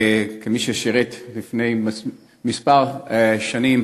כמי ששירת לפני מספר שנים